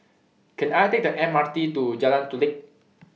Can I Take The M R T to Jalan Chulek